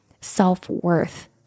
self-worth